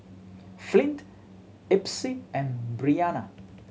Flint Epsie and Breana